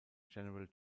general